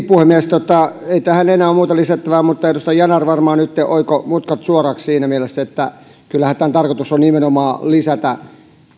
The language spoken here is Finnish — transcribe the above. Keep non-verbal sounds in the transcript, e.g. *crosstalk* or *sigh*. *unintelligible* puhemies ei tähän enää ole muuta lisättävää mutta edustaja yanar varmaan nytten oikoi mutkat suoraksi siinä mielessä että kyllähän tämän tarkoitus on nimenomaan lisätä